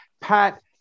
Pat